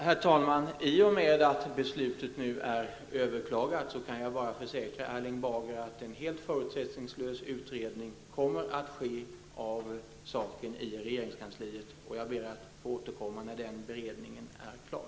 Herr talman! I och med att beslutet nu har överklagats kan jag bara försäkra Erling Bager att en helt förutsättningslös utredning av saken kommer att ske i regeringskansliet. Jag ber att få återkomma när den utredningen är klar.